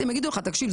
הם יאמרו לך: תקשיב,